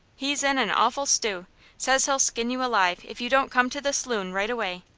he's in an awful stew says he'll skin you alive if you don't come to the s'loon right away.